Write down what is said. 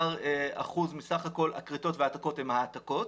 אחוזים מסך כל הכריתות והעתקות הן העתקות.